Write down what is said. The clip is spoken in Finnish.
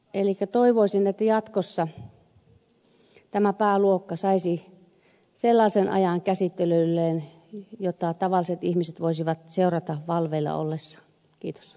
toivoisin että jatkossa tämä pääluokka saisi sellaisen ajan käsittelylleen että tavalliset ihmiset voisivat seurata sitä valveilla ollessa kids